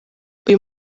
uyu